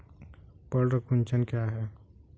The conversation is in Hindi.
पर्ण कुंचन क्या है?